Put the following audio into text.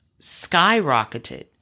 skyrocketed